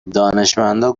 دانشمندا